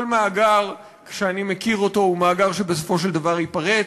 כל מאגר שאני מכיר הוא מאגר שבסופו של דבר ייפרץ,